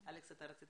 רציתי